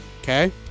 Okay